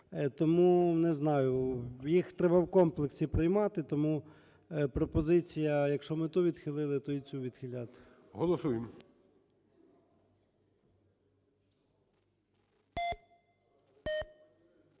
Тому не знаю, їх треба в комплексі приймати. Тому пропозиція, якщо ми ту відхилили, то і цю відхиляти. ГОЛОВУЮЧИЙ.